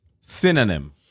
Synonym